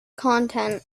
content